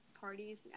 parties